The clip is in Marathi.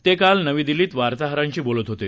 ते काल नवी दिल्लीत वार्ताहरांशी बोलत होते